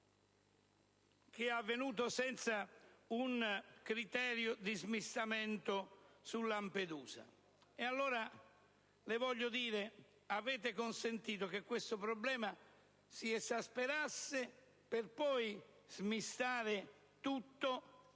avvenuto senza un criterio di smistamento su Lampedusa? Signor Ministro, allora avete consentito che questo problema si esasperasse per poi smistare tutto